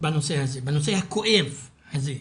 בנושא הכואב הזה.